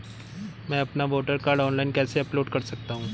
मैं अपना voter card online कैसे अपलोड कर सकता हूँ?